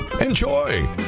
Enjoy